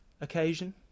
occasion